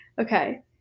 Okay